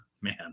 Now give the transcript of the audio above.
Man